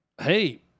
hey